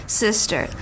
sister